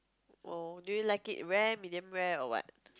oh do you like it rare medium rare or what